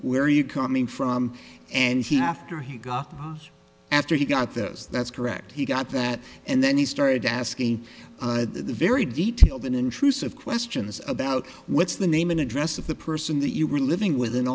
where you coming from and he after he got after he got those that's correct he got that and then he started asking me the very detailed in intrusive questions about what's the name and address of the person that you were living with in